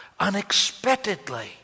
unexpectedly